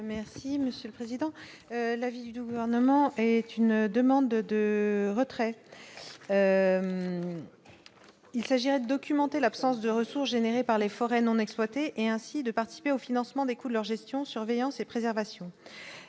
Merci Monsieur le Président, la ville où gouvernement et une demande de. Il s'agirait documenté, l'absence de ressources générées par les forêts non exploitées et ainsi de participer au financement des couleurs gestion surveillance et préservation